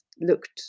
looked